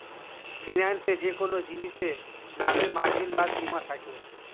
ফিন্যান্সে যেকোন জিনিসে লাভের মার্জিন বা সীমা থাকে